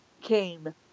came